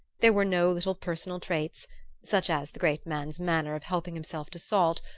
there were no little personal traits such as the great man's manner of helping himself to salt,